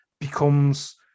becomes –